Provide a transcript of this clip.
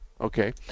Okay